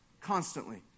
constantly